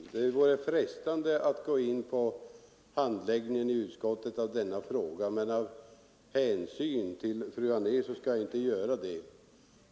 Fru talman! Det vore frestande att gå in på handläggningen i utskottet av denna fråga, men av hänsyn till fru Anér skall jag inte göra det.